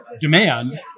demand